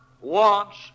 wants